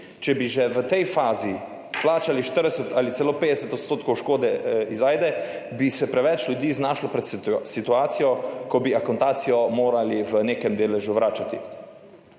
Če bi že v tej fazi plačali 40 ali celo 50 % škode iz Ajde, bi se preveč ljudi znašlo pred situacijo, ko bi akontacijo morali v nekem deležu vračati,